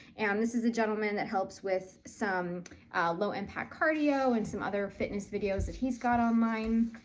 and this is the gentleman that helps with some low impact cardio and some other fitness videos that he's got online,